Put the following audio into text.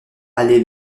allée